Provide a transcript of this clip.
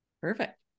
Perfect